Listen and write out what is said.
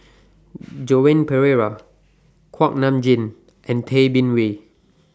Joan Pereira Kuak Nam Jin and Tay Bin Wee